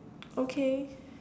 okay